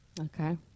Okay